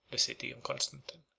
the city of constantine.